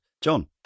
john